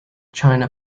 china